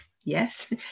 Yes